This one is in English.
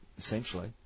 essentially